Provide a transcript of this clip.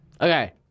Okay